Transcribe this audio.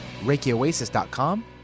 ReikiOasis.com